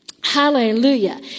Hallelujah